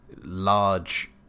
large